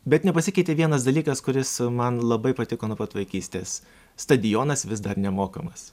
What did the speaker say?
bet nepasikeitė vienas dalykas kuris man labai patiko nuo pat vaikystės stadionas vis dar nemokamas